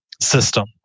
system